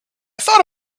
thought